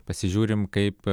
pasižiūrim kaip